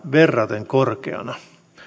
verraten korkeana